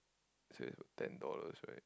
so it's about ten dollars right